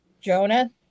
Jonah